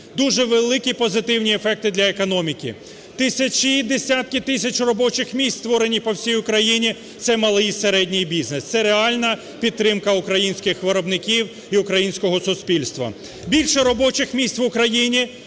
Дуже великі позитивні ефекти для економіки. Тисячі, десятки тисяч робочих місць створені по всій Україні, це малий і середній бізнес. Це реальна підтримка українських виробників і українського суспільства. Більше робочих міць в Україні